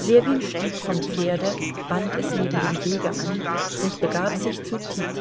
ljewin stieg vom pferde band es neben dem wege an und begab sich zu tit